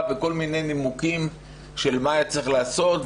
וכל מיני נימוקים של מה היה צריך לעשות,